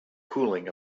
cooling